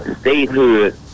statehood